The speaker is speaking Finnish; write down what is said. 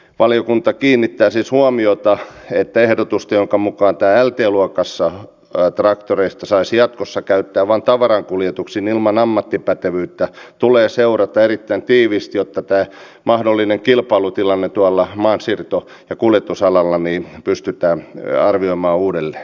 valiokunta kiinnittää siis huomiota siihen että ehdotusta jonka mukaan näitä lt luokan traktoreita saisi jatkossa käyttää vain tavarankuljetuksiin ilman ammattipätevyyttä tulee seurata erittäin tiiviisti jotta tämä mahdollinen kilpailutilanne tuolla maansiirto ja kuljetusalalla pystytään arvioimaan uudelleen